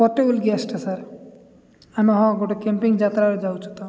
portable ଗ୍ୟାଷ୍ଟଟା sir ଆମେ ହଁ ଗୋଟେ କ୍ୟାମ୍ପିଙ୍ଗ ଯାତ୍ରାରେ ଯାଉଛୁ ତ